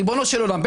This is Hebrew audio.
ריבונו של עולם.